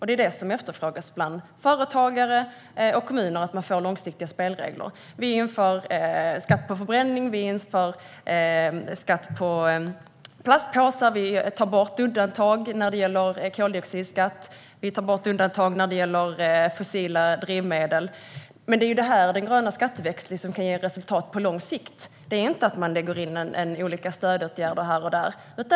Det som efterfrågas av företagare och kommuner är att få långsiktiga spelregler. Vi inför skatt på förbränning och på plastpåsar, och vi tar bort undantag när det gäller koldioxidskatt och fossila drivmedel. Det är en sådan grön skatteväxling som kan ge resultat på lång sikt, inte att lägga in olika stödåtgärder här och där.